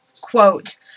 quote